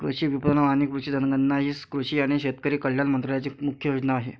कृषी विपणन आणि कृषी जनगणना ही कृषी आणि शेतकरी कल्याण मंत्रालयाची मुख्य योजना आहे